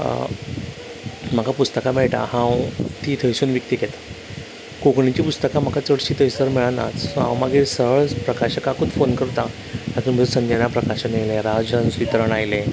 म्हाका पुस्तकां मेळटा हांव ती थंयसून विकती घेता कोंकणीचीं पुस्तकां म्हाका चडशीं थंयसर मेळना सो हांव मागीर सहज प्रकाशकाकूच फोन करतां तातूंन भितर संजना प्रकाशन येयलें राजहन्स वितरण आयलें